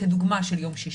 כדוגמה של יום שישי.